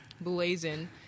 blazing